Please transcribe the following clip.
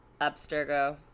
Abstergo